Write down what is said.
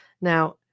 Now